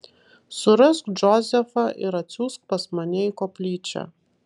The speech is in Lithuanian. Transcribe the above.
surask džozefą ir atsiųsk pas mane į koplyčią